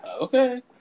Okay